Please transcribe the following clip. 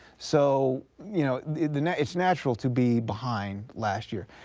so you know and it's natural to be behind last year.